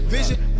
Vision